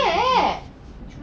there